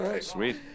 Sweet